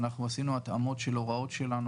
אנחנו עשינו התאמות של הוראות שלנו.